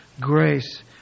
grace